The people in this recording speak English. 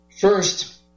First